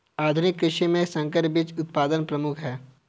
आधुनिक कृषि में संकर बीज उत्पादन प्रमुख है